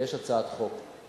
יש הצעת חוק,